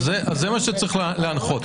זה מה שצריך להנחות.